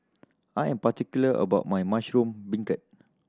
I am particular about my mushroom beancurd